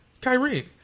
Kyrie